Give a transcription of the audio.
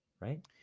Right